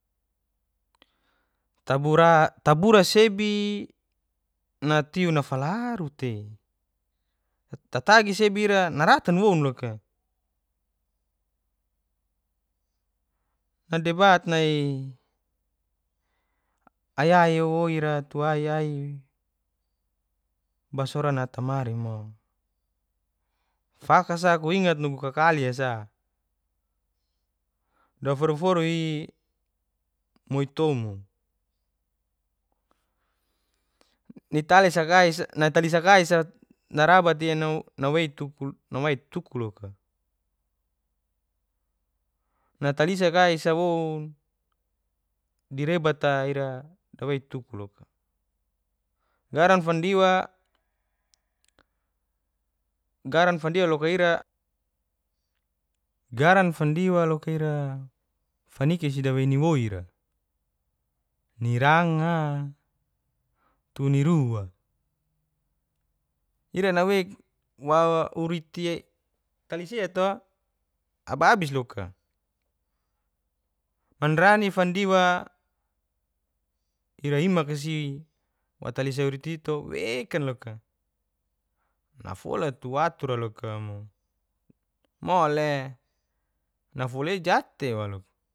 Tabura sebi ntiu nafalaru tei tatagi sebi ira naratan woun loka ayai woi ira tu ayai basoran ata mari faka sa ku ingat nugu kakalia sa daforu forui moitomu nitalisa kaisa narabati nawei tuku loka natalis kaisa woun di rebat ira nawei tuku loka garan fandiwa loka ira faniki si dawei ni woira ni ranga tu nirua ira nawei wawa uriti talisia to ababis loka manrani fandiwa ira imaka si wa talisa waliti i'to wekana loka nafol tu watur loka mo mole nafolai jat tei walu